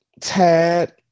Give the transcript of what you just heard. Tad